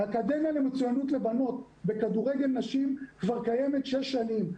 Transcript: האקדמיה למצוינות לבנות בכדורגל נשים כבר קיימת שש שנים.